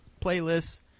playlists